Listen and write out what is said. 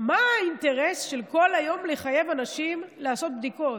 מה האינטרס כל היום לחייב אנשים לעשות בדיקות?